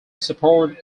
support